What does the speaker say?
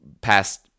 past